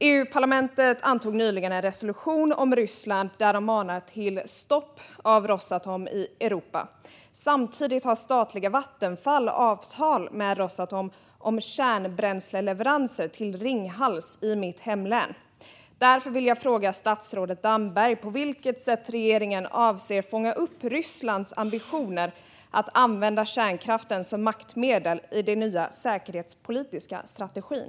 EU-parlamentet antog nyligen en resolution om Ryssland där man manade till stopp för Rosatom i Europa. Samtidigt har statliga Vattenfall avtal med Rosatom om kärnbränsleleveranser till Ringhals i mitt hemlän. Därför vill jag fråga statsrådet Damberg: På vilket sätt avser regeringen att fånga upp Rysslands ambitioner att använda kärnkraften som maktmedel i den nya säkerhetspolitiska strategin?